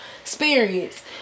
Experience